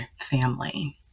family